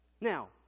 Now